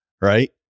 right